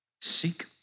Seek